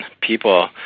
people